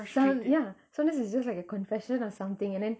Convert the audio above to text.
some ya sometimes it's just like a confession or something and then